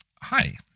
hi